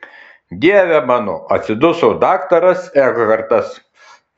dieve mano atsiduso daktaras ekhartas